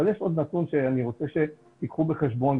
אבל יש עוד נתון שאני רוצה שתיקחו בחשבון.